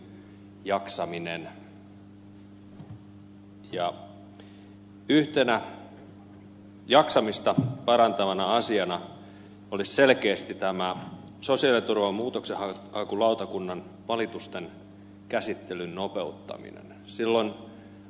yksi jaksamista parantava asia olisi selkeästi tämä sosiaaliturvan muutoksenhakulautakunnan valitusten käsittelyn nopeuttaminen